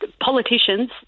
politicians